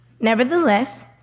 Nevertheless